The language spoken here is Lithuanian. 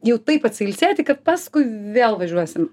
jau taip atsiilsėti kad paskui vėl važiuosim